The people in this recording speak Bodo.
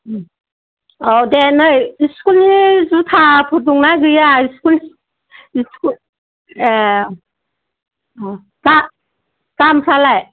औ दे नै इस्कुलनि जुथाफोर दं ना गैया इस्कुल ए दा दामफ्रालाय